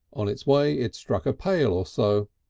on its way it struck a pail or so.